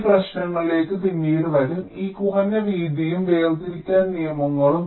ഈ പ്രശ്നങ്ങളിലേക്ക് ഞങ്ങൾ പിന്നീട് വരും ഈ കുറഞ്ഞ വീതിയും വേർതിരിക്കൽ നിയമങ്ങളും